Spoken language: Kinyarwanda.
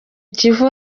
kivu